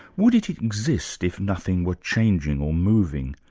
would it exist if nothing were changing or moving?